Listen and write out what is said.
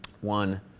One